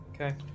okay